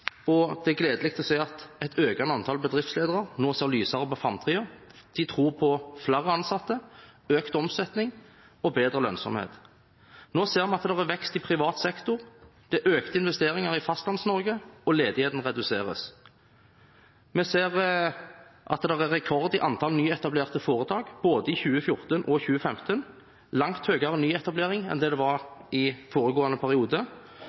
og det er gledelig å se at et økende antall bedriftsledere nå ser lysere på framtiden. De tror på flere ansatte, økt omsetning og bedre lønnsomhet. Nå ser vi at det er vekst i privat sektor, det er økte investeringer i Fastlands-Norge, og ledigheten reduseres. Vi ser at det er rekord i antall nyetablerte foretak både i 2014 og i 2015, en langt høyere nyetablering enn det var i foregående periode.